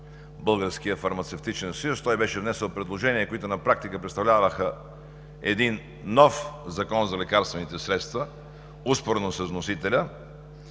Българският фармацевтичен съюз. Той беше внесъл предложения, които на практика представляваха един нов Закон за лекарствените средства, успоредно с вносителя.